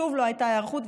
שוב לא הייתה היערכות,